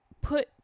put